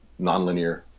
nonlinear